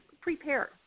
prepare